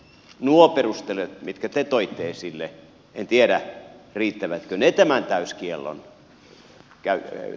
nuo perustelut mitkä te toitte esille en tiedä riittävätkö ne tämän täyskiellon torjumiseen